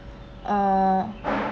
err